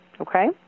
Okay